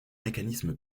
mécanisme